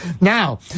Now